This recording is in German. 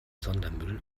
sondermüll